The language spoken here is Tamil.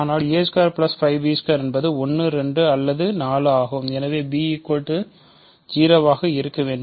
ஆனால் 5 என்பது 1 2 அல்லது 4 ஆகும் எனவே b 0 ஆக இருக்க வேண்டும்